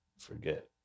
forget